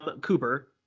Cooper